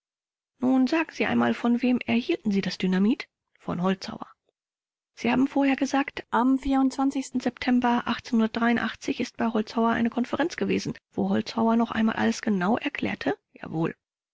nun sagen sie einmal von wem erhielten sie das dynamit rupsch von holzhauer vors sie haben vorher gesagt am september ist bei holzhauer eine konferenz gewesen wo holzhauer noch einmal alles genau erklärte rupsch jawohl